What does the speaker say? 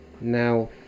now